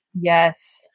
yes